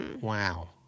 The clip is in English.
Wow